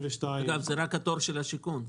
אגב, זה רק התור של השיכון.